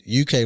UK